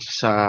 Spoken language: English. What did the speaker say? sa